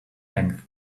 length